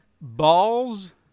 Balls